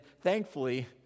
thankfully